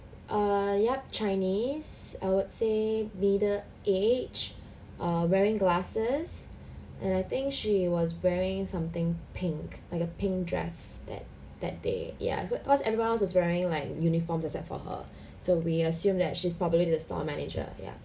err yup chinese I would say middle aged err wearing glasses and I think she was wearing something pink like a pink dress that that day ya cause everyone else was wearing like uniforms except for her so we assume that she's probably is the store manager ya